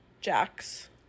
Jacks